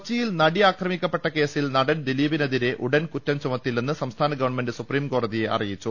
കൊച്ചിയിൽ നടി ആക്രമിക്കപ്പെട്ട കേസിൽ നടൻ ദിലീപിനെതിരെ ഉടൻ കുറ്റം ചുമത്തില്ലെന്ന് സംസ്ഥാന ഗവൺമെന്റ് സുപ്രീംകോടതിയെ അറിയിച്ചു